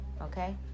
okay